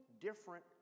different